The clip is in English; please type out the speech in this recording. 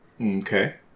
Okay